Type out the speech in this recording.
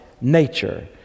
nature